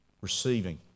Receiving